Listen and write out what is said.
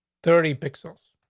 thirty pixels.